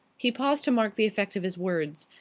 he paused to mark the effect of his words.